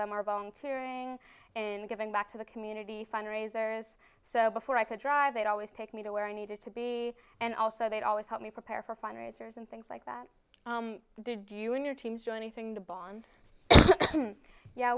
them are volunteering and giving back to the community fundraisers so before i could drive they'd always take me to where i needed to be and also they'd always help me prepare for fundraisers and things like that did you in your team join a thing to bond yeah